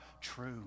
true